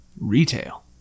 Retail